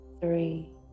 three